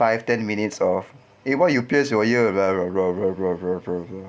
five ten minutes of eh why you pierce your ear blah blah blah blah blah blah blah